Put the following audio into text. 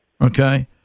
okay